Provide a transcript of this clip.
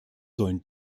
sollen